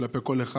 כלפי כל אחד.